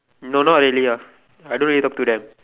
no no not really ah I don't really talk to them